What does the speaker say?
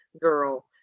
girl